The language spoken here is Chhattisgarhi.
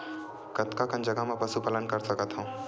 कतका कन जगह म पशु पालन कर सकत हव?